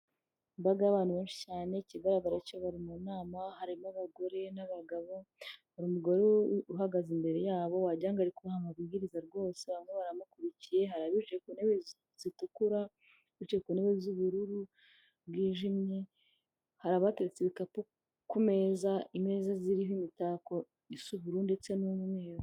Imbaga y'abantu benshi cyane ikigaragara cyo bari mu nama harimo abagore n'abagabo hari umugore uhagaze imbere yabo wajyaga ari amabwiriza rwose aho baramukurikiye hari abicaye ku ntebe zitukura bicaye ku ntebe z'ubururu bwijimye hari abateretse ibikapu ku meza imeza ziriho imitako y isu ubu ndetse n'umweru.